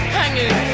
hanging